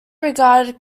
regarded